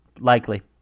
Likely